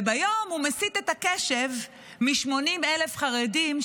וביום הוא מסיט את הקשב מ-80,000 חרדים,